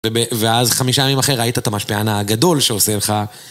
ואז חמישה ימים אחרי ראית את המשפיען הגדול שעושה לך.